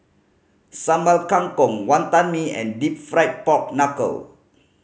Sambal Kangkong Wantan Mee and Deep Fried Pork Knuckle